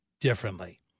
differently